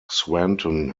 swanton